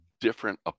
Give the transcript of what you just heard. different